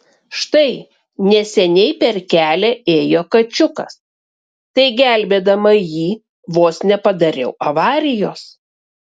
štai neseniai per kelią ėjo kačiukas tai gelbėdama jį vos nepadariau avarijos